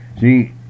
See